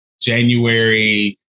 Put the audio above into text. January